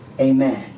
amen